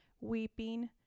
weeping